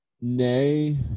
Nay